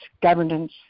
governance